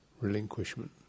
relinquishment